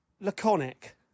laconic